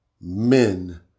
men